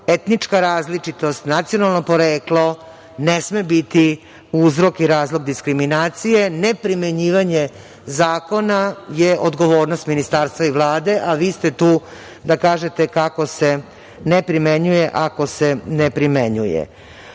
etnička različitost, nacionalno poreklo ne sme biti uzrok i razlog diskriminacije, ne primenjivanje zakona je odgovornost Ministarstva i Vlade, a vi ste tu da kažete kako se ne primenjuje, ako se ne primenjuje. Zakon